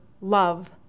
love